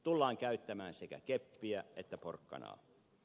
tullaan käyttämään sekä keppiä että porkkanaa